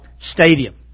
stadium